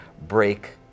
break